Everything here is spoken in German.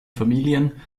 familien